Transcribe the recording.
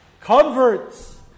converts